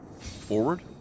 Forward